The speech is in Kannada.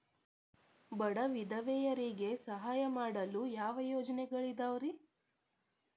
ಬಡ ವಿಧವೆಯರಿಗೆ ಸಹಾಯ ಮಾಡಲು ಯಾವ ಯೋಜನೆಗಳಿದಾವ್ರಿ?